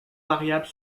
variable